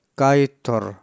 kaitor